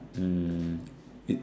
um it